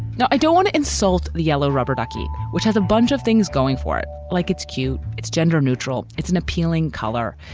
now, i don't want to insult the yellow rubber ducky, which has a bunch of things going for it, like it's cute. it's gender neutral. it's an appealing color.